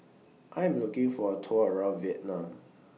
I Am looking For A Tour around Vietnam